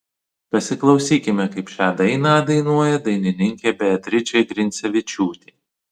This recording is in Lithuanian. pasiklausykime kaip šią dainą dainuoja dainininkė beatričė grincevičiūtė